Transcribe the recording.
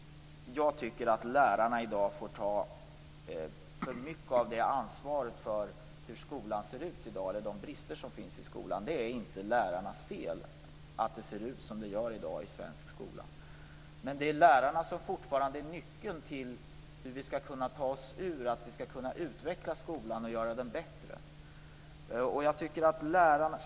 Jag tycker att lärarna i dag får ta för mycket av ansvaret för de brister som i dag finns i skolan. Det är inte lärarnas fel att det ser ut som det gör i dag i svensk skola. Men det är lärarna som fortfarande är nyckeln till hur vi skall kunna ta oss ur situationen, utveckla skolan och göra den bättre.